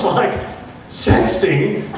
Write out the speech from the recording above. like sexting?